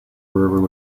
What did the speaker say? rural